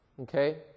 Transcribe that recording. Okay